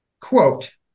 quote